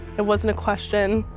it wasn't a question.